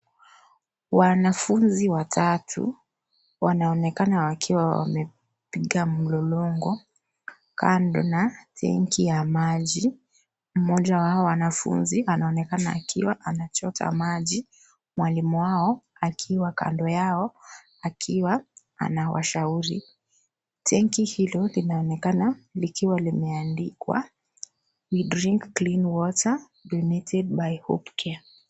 Wanafunzi watatu wanaonekana wakiwa wamepiga mlolongo kando na tenki ya maji. Mmoja wao wa wanafunzi anaonekana akiwa anachota maji mwalimu wao akiwa kando yao akiwa anawashauri. Tenki hilo linalonekana likiwa limeandikwa " We drink clean water. Donated by Hope care .